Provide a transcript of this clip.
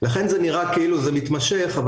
נראה כאילו זה מתמשך,